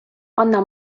anna